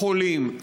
חולים,